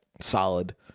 solid